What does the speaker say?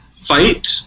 fight